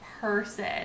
person